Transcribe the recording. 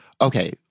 Okay